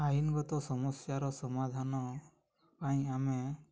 ଆଇନଗତ ସମସ୍ୟାର ସମାଧାନ ପାଇଁ ଆମେ